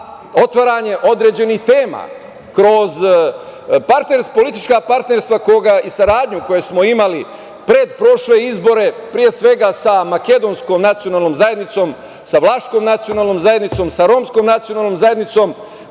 otvaranje određenih tema, kroz politička partnerstva i saradnju koju smo imali pretprošle izbore, pre svega sa Makedonskom nacionalnom zajednicom, sa Vlaškom nacionalnom zajednicom, sa Romskom nacionalnom zajednicom. Bio